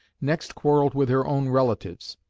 next quarrelled with her own relatives.